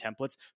templates